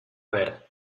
ver